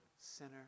sinner